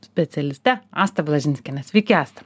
specialiste asta blažinskiene sveiki asta